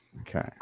Okay